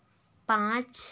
पाँच